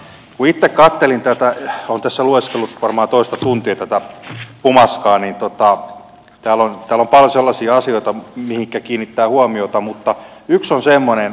kun itse katselin tätä olen tässä lueskellut varmaan toista tuntia tätä pumaskaa niin täällä on paljon sellaisia asioita mihinkä kiinnittää huomiota mutta yksi varsinkin on semmoinen